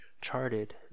charted